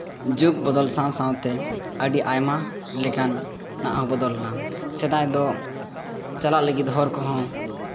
ᱡᱩᱜᱽ ᱵᱚᱫᱚᱞ ᱥᱟᱶ ᱥᱟᱶᱛᱮ ᱟᱹᱰᱤ ᱟᱭᱢᱟ ᱞᱮᱠᱟᱱ ᱵᱚᱫᱚᱞᱮᱱᱟ ᱥᱮᱫᱟᱭ ᱫᱚ ᱪᱟᱞᱟᱜ ᱞᱟᱹᱜᱤᱫ ᱦᱚᱨ ᱠᱚᱦᱚᱸ